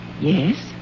Yes